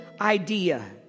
idea